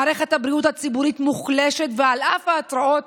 מערכת הבריאות הציבורית מוחלשת, ועל אף ההתרעות